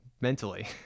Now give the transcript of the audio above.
mentally